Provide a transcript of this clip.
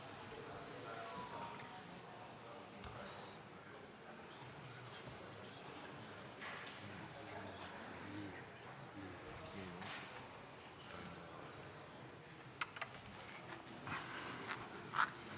Благодаря, уважаеми господин Председател! Уважаеми госпожи и господа народни представители!